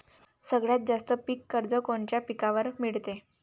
सगळ्यात जास्त पीक कर्ज कोनच्या पिकावर मिळते?